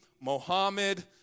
Mohammed